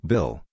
Bill